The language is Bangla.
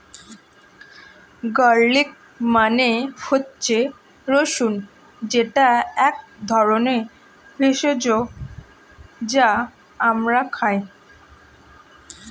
গার্লিক মানে হচ্ছে রসুন যেটা এক ধরনের ভেষজ যা আমরা খাই